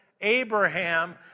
Abraham